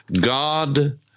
God